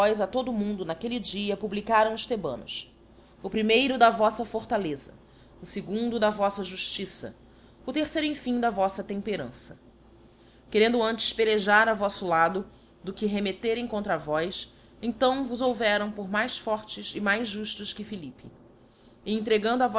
vós a todo o mundo n'aquelle dia publicaram os thebanos o primeiro da vofla fortaleza o fegundo da voffa juíliça o terceiro em fim da vofla temperança querendo antes pelejar a voflb lado do que remetterem contra vós então vos houveram por mais fortes e mais juílos que philippe e entregando